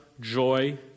joy